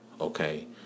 okay